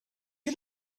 you